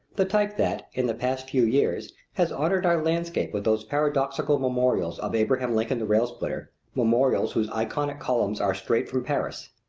the type that, in the past few years, has honored our landscape with those paradoxical memorials of abraham lincoln the railsplitter, memorials whose ionic columns are straight from paris.